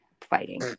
fighting